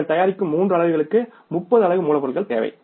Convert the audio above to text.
நீங்கள் தயாரிக்கும் 3 அலகுகளுக்கு 30 அலகு மூலப்பொருள் தேவை